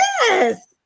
yes